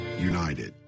united